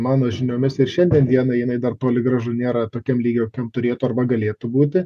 mano žiniomis ir šiandien dienai jinai dar toli gražu nėra tokiam lygy kaip turėtų arba galėtų būti